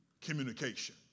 communication